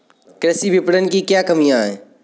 कृषि विपणन की क्या कमियाँ हैं?